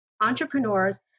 entrepreneurs